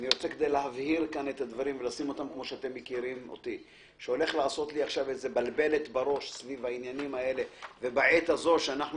שהוא הולך לעשות לי איזה בלבלת בראש סביב העניינים האלה בעת הזו שאנחנו